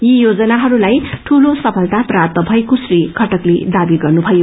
यी योजनाहरूलाई डूलो सुलता प्राप्त भएको श्री घटकले दावी गर्नुभयो